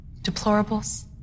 Deplorables